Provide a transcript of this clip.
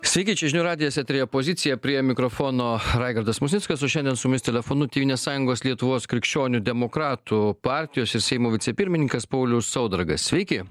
sveiki čia žinių radijas eteryje pozicija prie mikrofono raigardas musnickas o šiandien su mumis telefonu tėvynės sąjungos lietuvos krikščionių demokratų partijos ir seimo vicepirmininkas paulius saudargas sveiki